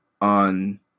on